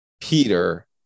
Peter